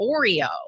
Oreo